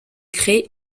créée